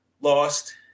lost